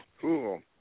Cool